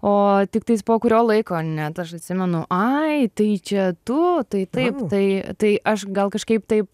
o tiktais po kurio laiko net aš atsimenu ai tai čia tu tai taip tai tai aš gal kažkaip taip